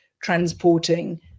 transporting